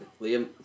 Liam